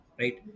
right